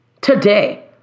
Today